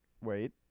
Wait